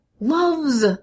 loves